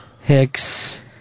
Hicks